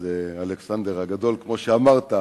אז "אלכסנדר הגדול", כמו שאמרת,